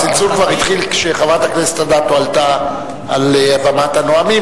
הצלצול כבר התחיל כשחברת הכנסת אדטו עלתה על במת הנואמים,